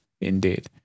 indeed